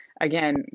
again